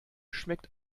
schmeckt